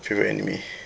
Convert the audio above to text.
favourite anime